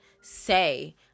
say